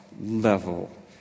level